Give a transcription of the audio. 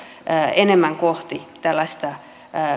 enemmän kohti tällaista